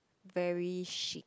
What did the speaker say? very shit